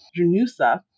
Junusa